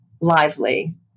lively